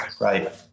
Right